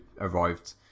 arrived